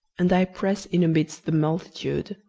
and i pressed in amidst the multitude.